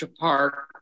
Park